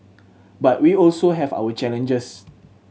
but we also have our challenges